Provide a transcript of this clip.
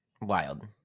Wild